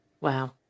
Wow